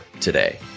today